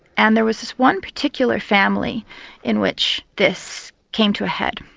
and there was this one particular family in which this came to a head.